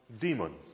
demons